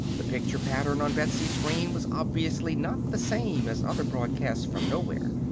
the picture-pattern on betsy's screen was obviously not the same as other broadcasts from nowhere.